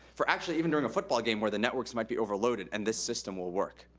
for actually even during a football game where the networks might be overloaded, and this system will work.